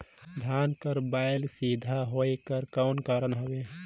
धान कर बायल सीधा होयक कर कौन कारण हवे?